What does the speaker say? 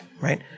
right